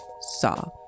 Saw